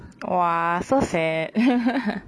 !wah! so sad